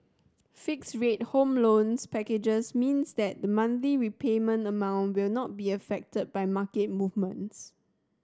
fixed rate home loans packages means that the monthly repayment amount will not be affected by market movements